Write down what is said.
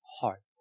heart